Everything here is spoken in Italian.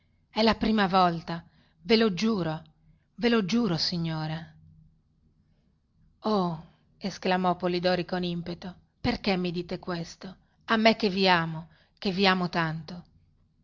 è la prima volta ve lo giuro ve lo giuro signore oh esclamò polidori con impeto perchè mi dite questo a me che vi amo che vi amo tanto